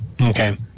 Okay